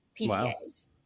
PTAs